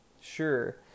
sure